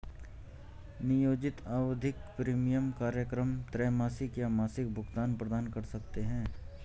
नियोजित आवधिक प्रीमियम कार्यक्रम त्रैमासिक या मासिक भुगतान प्रदान कर सकते हैं